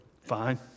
Fine